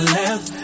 left